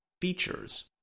features